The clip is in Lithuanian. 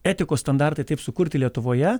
etikos standartai taip sukurti lietuvoje